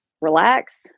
relax